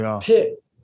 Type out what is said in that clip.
pit